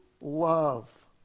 love